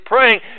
praying